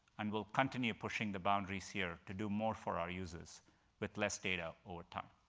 and we'll continue pushing the boundaries here to do more for our users with less data over time.